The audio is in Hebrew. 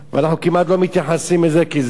ואנחנו כמעט לא מתייחסים לזה כי אלה